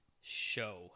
show